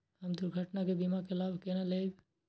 हम दुर्घटना के बीमा के लाभ केना लैब?